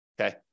Okay